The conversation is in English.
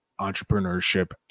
entrepreneurship